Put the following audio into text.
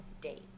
date